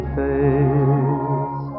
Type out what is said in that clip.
face